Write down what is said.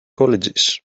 colleges